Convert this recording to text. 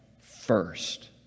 first